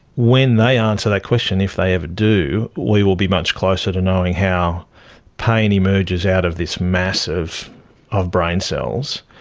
when they answer that question, if they ever do, we will be much closer to knowing how pain emerges out of this mass of of brain cells.